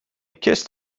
kissed